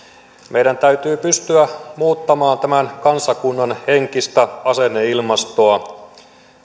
meidän täytyy pystyä muuttamaan tämän kansakunnan henkistä asenneilmastoa